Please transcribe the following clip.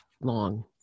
long